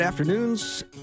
Afternoons